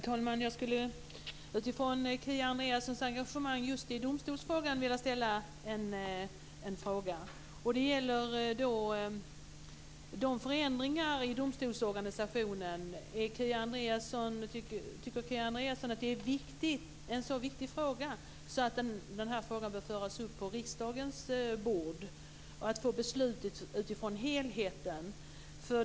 Herr talman! Jag skulle utifrån Kia Andreassons engagemang just i domstolsfrågan vilja ställa en fråga, och det gäller förändringar i domstolsorganisationen: Tycker Kia Andreasson att det är en så viktig fråga att den bör föras upp på riksdagens bord och att beslut ska fattas utifrån helheten?